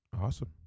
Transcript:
Awesome